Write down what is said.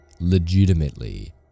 legitimately